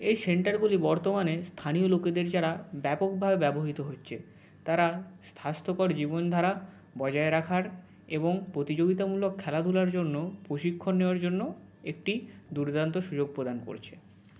এই সেন্টারগুলি বর্তমানে স্থানীয় লোকেদের যারা ব্যাপকভাবে ব্যবহৃত হচ্ছে তারা স্থাস্থ্যকর জীবনধারা বজায় রাখার এবং প্রতিযোগিতামূলক খেলাধুলার জন্য প্রশিক্ষণ নেওয়ার জন্য একটি দুর্দান্ত সুযোগ প্রদান করছে